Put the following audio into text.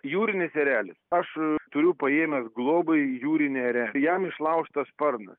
jūrinis erelis aš turiu paėmęs globai jūrinį erelį jam išlaužtą sparnas